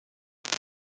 pat